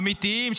אמיתיים,